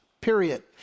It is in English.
period